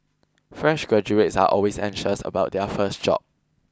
fresh graduates are always anxious about their first job